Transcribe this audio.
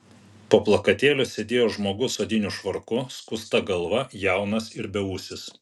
po plakatėliu sėdėjo žmogus odiniu švarku skusta galva jaunas ir beūsis